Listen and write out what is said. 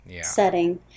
setting